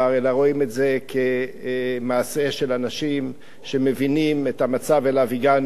אלא רואים את זה כמעשה של אנשים שמבינים את המצב שאליו הגענו,